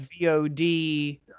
VOD